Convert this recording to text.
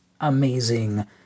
amazing